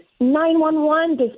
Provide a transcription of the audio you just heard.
911